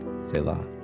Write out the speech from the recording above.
Selah